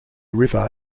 river